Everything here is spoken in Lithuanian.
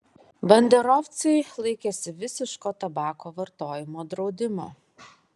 banderovcai laikėsi visiško tabako vartojimo draudimo